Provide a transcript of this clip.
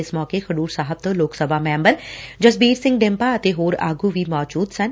ਇਸ ਮੌਕੇ ਖਡੁਰ ਸਾਹਿਬ ਤੋਂ ਲੋਕ ਸਭਾ ਮੈਬਰ ਜਸਬੀਰ ਸਿੰਘ ਡਿੰਪਾ ਅਤੇ ਹੋਰ ਆਗੁ ਮੌਜੁਦ ਸਨ